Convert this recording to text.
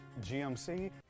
GMC